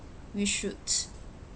we should